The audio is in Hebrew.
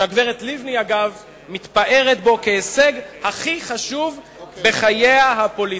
שהגברת לבני מתפארת בו כהישג הכי חשוב בחייה הפוליטיים.